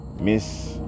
Miss